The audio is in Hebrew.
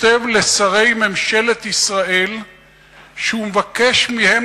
כותב לשרי ממשלת ישראל שהוא מבקש מהם